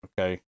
Okay